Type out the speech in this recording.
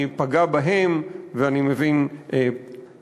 שפגע בהם, ואני מבין, תודה.